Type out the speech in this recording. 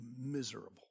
miserable